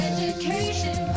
Education